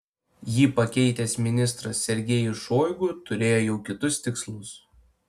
jį pakeitęs ministras sergejus šoigu turėjo jau kitus tikslus